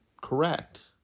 correct